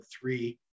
three